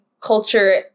culture